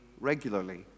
regularly